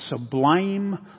sublime